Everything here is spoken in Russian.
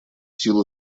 силу